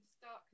start